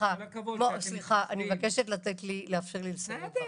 כל הכבוד שאתם --- אני מבקשת לאפשר לי לסיים את דבריי.